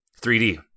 3D